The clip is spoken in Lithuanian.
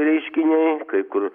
reiškiniai kai kur